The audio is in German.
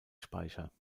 speicher